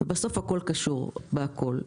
ובסוף הכול קשור בכל.